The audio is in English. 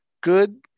good